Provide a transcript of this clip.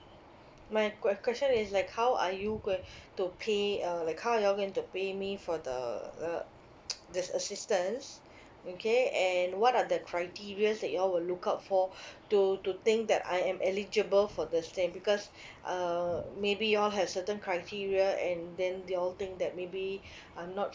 my que~ question is like how are you going to pay uh like how are you all going to pay me for the uh this assistance okay and what are the criteria's that you all will look out for to to think that I am eligible for this thing because uh maybe you all have certain criteria and then you all think that maybe I'm not